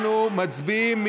אנחנו מצביעים.